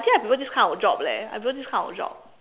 actually I prefer this kind of job leh I prefer this kind of job